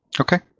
Okay